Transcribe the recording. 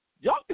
y'all